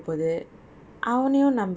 ya exactly